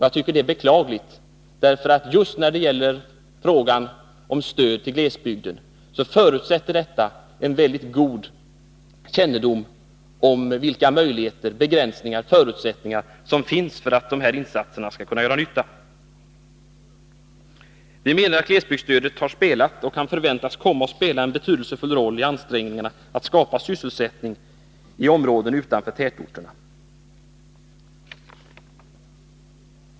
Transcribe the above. Jag tycker att det är beklagligt, för just när det gäller frågan om stöd till glesbygden förutsätts en mycket god kännedom om vilka möjligheter, begränsningar och förutsättningar som finns för att dessa insatser skall kunna göra nytta. Vi menar att glesbygdsstödet har spelat och kan förväntas komma att spela en betydelsefull roll i ansträngningarna att skapa sysselsättning i områden utanför tätorterna.